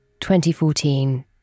2014